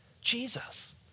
Jesus